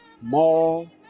more